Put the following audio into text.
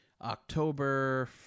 October